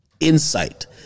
insight